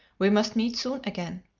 we must meet soon again.